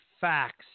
facts